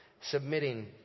submitting